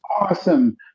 awesome